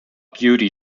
beauty